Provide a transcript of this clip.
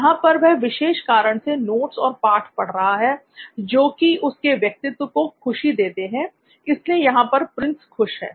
यहां पर वह विशेष कारण से नोट्स और पाठ पढ़ रहा है जो कि उसके व्यक्तित्व को खुशी देते हैं इसलिए यहां पर प्रिंस खुश है